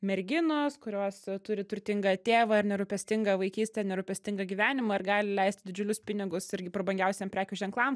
merginos kurios turi turtingą tėvą ir nerūpestingą vaikystę nerūpestingą gyvenimą ir gali leisti didžiulius pinigus irgi prabangiausiem prekių ženklam